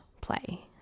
play